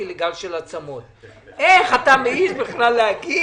איך אתה מעיז להגיד